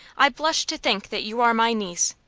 i blush to think that you are my niece.